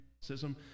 Catholicism